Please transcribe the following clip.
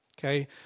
okay